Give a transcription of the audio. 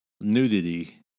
nudity